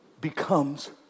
becomes